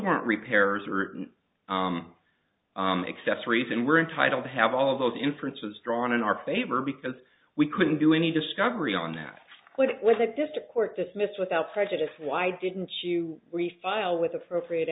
weren't repairs or excess trees and were entitled to have all of those inference was drawn in our favor because we couldn't do any discovery on that but it was a district court dismissed without prejudice why didn't you refile with appropriate